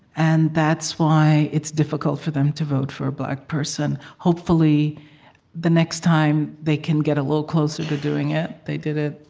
and that's why it's difficult for them to vote for a black person, hopefully the next time they can get a little closer to doing it. they did it,